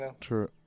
True